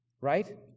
right